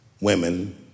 women